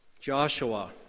Joshua